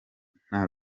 nta